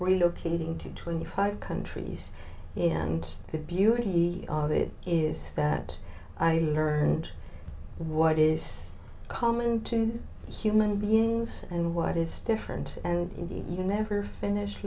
relocating to twenty five countries and the beauty it is that i learned what is common to human beings and what is different and indeed you never finish